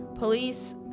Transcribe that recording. police